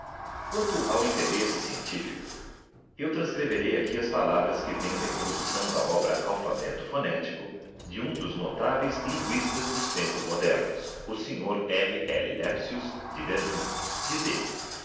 quanto ao seu interesse scientifieo eu transcrexerei aqui as palavras que vêm naintroducçao da obra mphaheto phonetico de ura dos mais notáveis linguisdigiti zedby google tas dos tempos modernos o sr r l lepsius de berlim diz elle